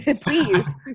please